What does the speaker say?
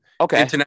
Okay